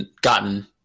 gotten